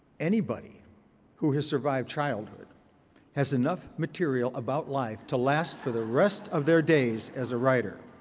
anybody who has survived childhood has enough material about life to last for the rest of their days as a writer.